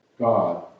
God